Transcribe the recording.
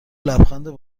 لبخند